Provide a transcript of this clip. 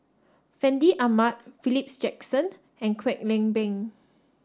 Fandi Ahmad Philip Jackson and Kwek Leng Beng